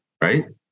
right